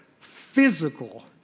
physical